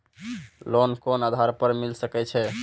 Loan कोन आधार पर मिल सके छे?